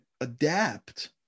adapt